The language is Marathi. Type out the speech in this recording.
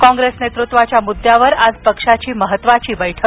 काँग्रेस नेतृत्वाच्या मुद्यावर आज पक्षाची महत्वाची बैठक